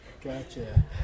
Gotcha